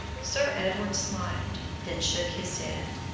sir edward smiled, then shook his head.